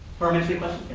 parliamentary but